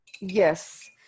Yes